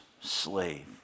slave